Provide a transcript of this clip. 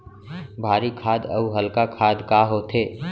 भारी खाद अऊ हल्का खाद का होथे?